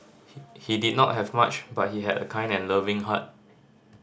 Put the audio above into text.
he he did not have much but he had a kind and loving heart